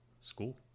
school